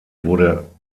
wurde